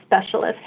specialist